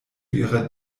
ihrer